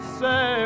say